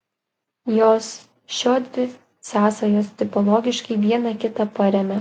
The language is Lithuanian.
jos šiodvi sąsajos tipologiškai viena kitą paremia